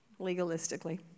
legalistically